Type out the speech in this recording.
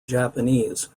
japanese